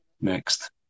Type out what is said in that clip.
next